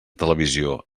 televisió